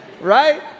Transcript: right